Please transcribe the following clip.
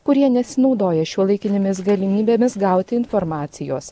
kurie nesinaudoja šiuolaikinėmis galimybėmis gauti informacijos